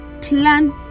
plan